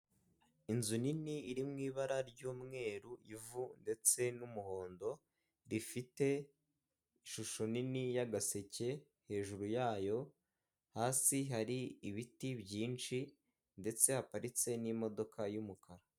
Inzu nini iri mu ibara ry'umweru , ivu ndetse n'umuhondo rifite ishusho nini y'agaseke , hejuru yayo hasi hari ibiti byinshi ndetse haparitse n'imodoka y'umukara.